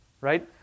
right